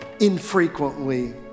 infrequently